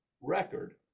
record